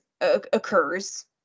occurs